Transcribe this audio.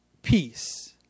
Peace